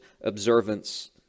observance